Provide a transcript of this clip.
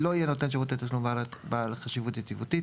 "לא יהיה נותן שירותי תשלום בעל חשיבות יציבותית,